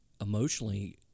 emotionally